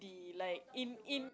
he like in in